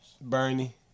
Bernie